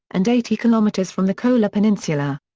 and eighty kilometres from the kola peninsula.